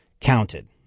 counted